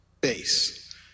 base